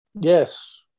Yes